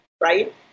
right